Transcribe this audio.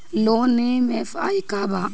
Loan EMI का बा?